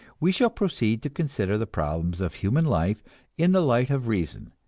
we shall proceed to consider the problems of human life in the light of reason,